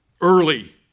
Early